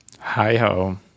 Hi-ho